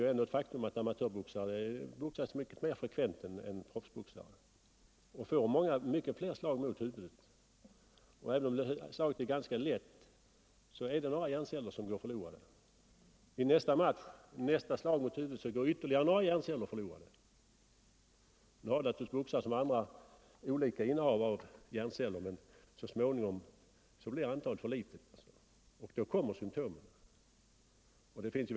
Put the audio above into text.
Ett faktum är att amatörboxare boxas mer frekvent än proffsboxare och därigenom får många fler slag mot huvudet. Även om slagen är ganska lätta är det för varje gång några hjärnceller som går förlorade. Av de slag boxaren får mot huvudet vid nästa match går ytterligare några hjärnceller förlorade. Nu har naturligtvis boxare liksom alla andra människor olika innehav av hjärnceller, men så småningom har boxarens hjärnceller minskat så mycket att sjukdomssymtomen börjar uppträda.